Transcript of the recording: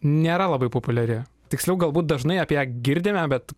nėra labai populiari tiksliau galbūt dažnai apie ją girdime bet